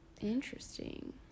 Interesting